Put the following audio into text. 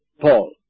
Paul